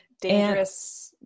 dangerous